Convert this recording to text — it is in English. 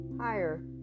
higher